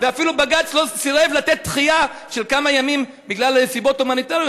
ואפילו בג"ץ סירב לתת דחייה של כמה ימים בגלל סיבות הומניטריות?